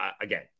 Again